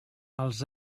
els